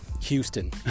Houston